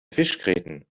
fischgräten